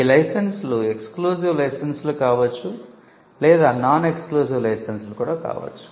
ఈ లైసెన్సులు exclusive లైసెన్స్లు కావచ్చు లేదా నాన్ ఎక్స్ క్లూజివ్ లైసెన్స్లు కూడా కావచ్చు